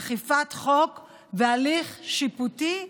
אכיפת חוק והליך שיפוטי ומינהלי.